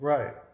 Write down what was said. Right